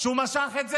שהוא משך את זה?